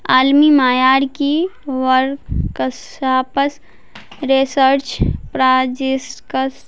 عالمی معیار کی ورکساپس ریسرچ پراجسکسٹ